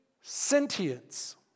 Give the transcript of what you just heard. sentience